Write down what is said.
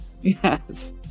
Yes